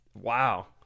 Wow